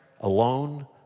alone